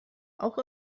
auch